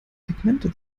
pigmente